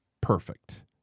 perfect